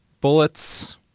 Bullets